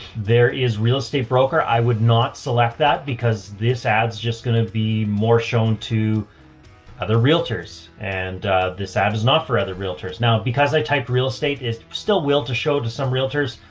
there is real estate broker. i would not select that because this ad's just going to be more shown to other realtors. and this ad is not for other realtors. now because i typed real estate is still will to show to some realtors.